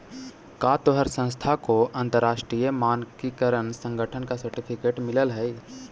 का तोहार संस्था को अंतरराष्ट्रीय मानकीकरण संगठन का सर्टिफिकेट मिलल हई